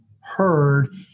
heard